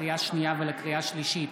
לקריאה שנייה ולקריאה שלישית: